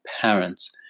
parents